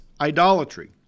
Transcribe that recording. idolatry